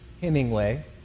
Hemingway